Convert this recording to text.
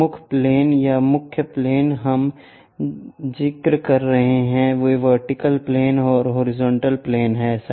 प्रमुख प्लेन या मुख्य प्लेन जो हम जिक्र कर रहे हैं वे वर्टिकल प्लेन और हॉरिजॉन्टल प्लेन हैं